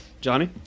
Johnny